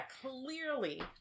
clearly